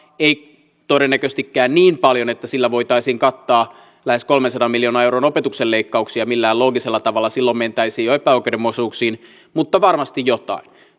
ei todennäköisestikään niin paljon että sillä voitaisiin kattaa lähes kolmensadan miljoonan euron opetuksen leikkauksia millään loogisella tavalla silloin mentäisiin jo epäoikeudenmukaisuuksiin mutta varmasti jotain